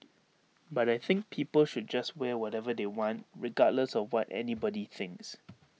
but I think people should just wear whatever they want regardless of what anybody thinks